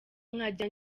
nkajya